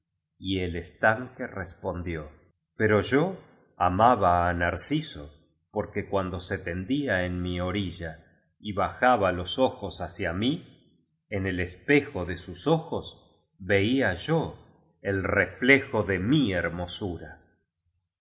y el estanque respondió pero yo amaba á narciso porque cuando se tendía en mi orilla y bajaba los ojos hacia mí en el espejo de sus ojos veía yo el reflejo de mi hermosura